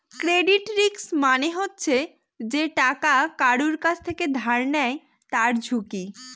credit risk মানে হচ্ছে যে টাকা কারুর কাছ থেকে ধার নেয় তার ঝুঁকি